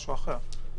זה משהו אחר.